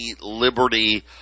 Liberty